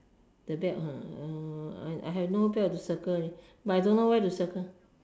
the belt ha uh I have no belt to circle leh but I don't know where to circle